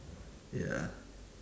ya